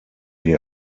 die